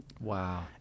Wow